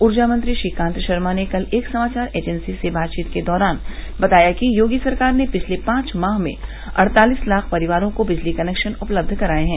ऊर्जा मंत्री श्रीकांत शर्मा ने कल एक समाचार एजेंसी से बातचीत के दौरान बताया कि योगी सरकार ने पिछले पांच माह में अड़तालीस लाख परिवारों को बिजली कनेक्शन उपलब्ध कराये हैं